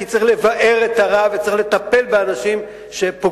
כי צריך לבער את הרע וצריך לטפל באנשים שפוגעים,